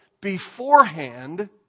beforehand